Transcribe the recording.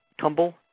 Tumble